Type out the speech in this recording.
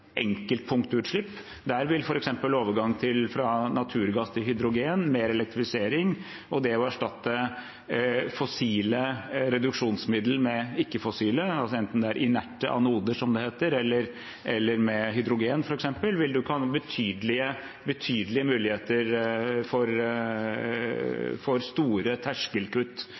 enkeltpunktutslipp. Der vil f.eks. overgang fra naturgass til hydrogen, mer elektrifisering og det å erstatte fossile reduksjonsmiddel med ikke-fossile – enten det er inerte anoder, som det heter, eller med hydrogen f.eks. – kunne gi betydelige muligheter for store terskelkutt.